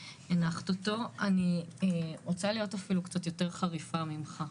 אני רוצה להיות אפילו יותר חריפה ממך,